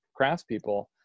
craftspeople